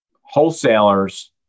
wholesalers